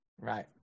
Right